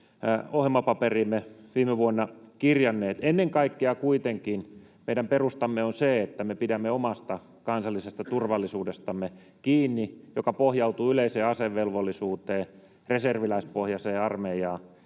ohjelmapaperiimme viime vuonna kirjanneet. Ennen kaikkea kuitenkin meidän perustamme on se, että me pidämme kiinni omasta kansallisesta turvallisuudestamme, joka pohjautuu yleiseen asevelvollisuuteen, reserviläispohjaiseen armeijaan.